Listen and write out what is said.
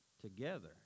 together